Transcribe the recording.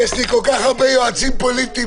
הצבעה ההסתייגות לא אושרה.